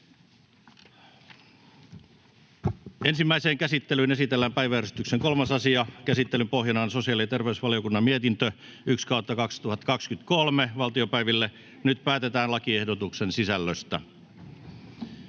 Ensimmäiseen käsittelyyn esitellään päiväjärjestyksen 3. asia. Käsittelyn pohjana on sosiaali- ja terveysvaliokunnan mietintö StVM 1/2023 vp. Nyt päätetään lakiehdotuksen sisällöstä.